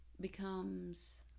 becomes